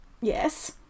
yes